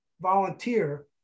volunteer